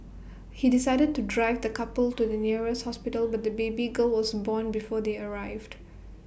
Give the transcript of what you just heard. he decided to drive the couple to the nearest hospital but the baby girl was born before they arrived